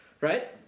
right